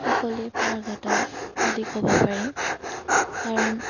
সকলোৱে পাৰ্গত বুলি ক'ব পাৰি কাৰণ